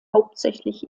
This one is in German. hauptsächlich